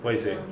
what you saying